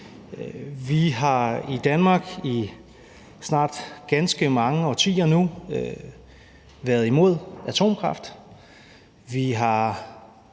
Vi har i Danmark i snart ganske mange årtier nu været imod atomkraft.